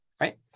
right